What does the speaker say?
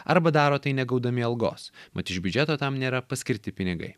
arba daro tai negaudami algos mat iš biudžeto tam nėra paskirti pinigai